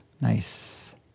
Nice